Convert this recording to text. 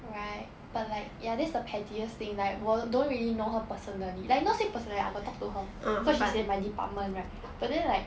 right but like ya that's the pettiest thing like 我 don't really know her personally like not say personally I got talk to her cause she's in my department right but then like